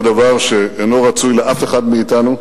לדבר שאינו רצוי לאף אחד מאתנו,